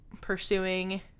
pursuing